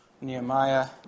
Nehemiah